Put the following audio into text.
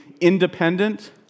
independent